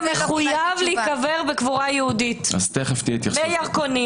אתה מחויב להיקבר בקבורה יהודית בירקונים.